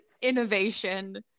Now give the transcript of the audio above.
innovation